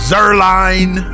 Zerline